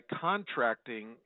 contracting